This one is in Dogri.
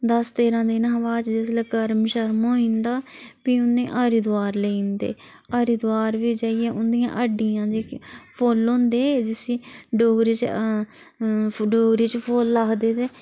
दस तेरां दिन हा बाद च जिसलै कर्म सर्म होईं जंदा फ्ही उ'नें हरिद्वार लेई जंदे हरिद्वार बी जाइयै उंदियां हड्डियां जेह्के फुल्ल होंदे जिसी डोगरी च डोगरी च फुल्ल आखदे ते